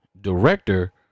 director